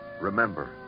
Remember